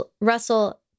Russell